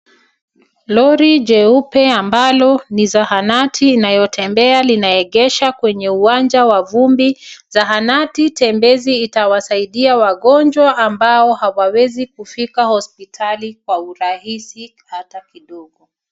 Lori jeupe ambalo ni zahanati inayotembea linaegeshwa kwenye uwanja wa vumbi. Zahanati tembezi itawasaidia wagonjwa ambao hawawezi kufika hospitali kwa urahisi hata kidogo.